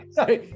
Sorry